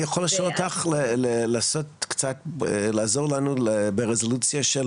אני יכול לבקש ממך לעזור לנו ברזולוציה של